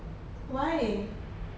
why